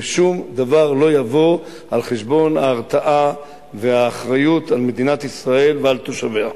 ששום דבר לא יבוא על חשבון ההרתעה והאחריות על מדינת ישראל ועל תושביה.